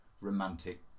romantic